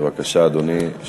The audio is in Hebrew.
בבקשה, אדוני.